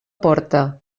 porta